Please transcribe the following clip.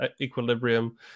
equilibrium